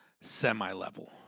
semi-level